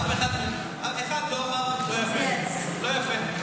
אף אחד לא אמר: לא יפה, לא יפה.